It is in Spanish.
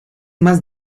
más